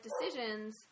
decisions